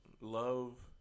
love